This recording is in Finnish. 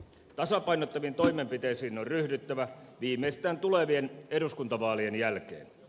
tasapainottaviin toimenpiteisiin on ryhdyttävä viimeistään tulevien eduskuntavaalien jälkeen